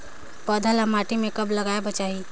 पौधा ल माटी म कब लगाए बर चाही?